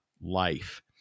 life